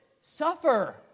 suffer